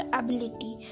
ability